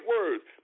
words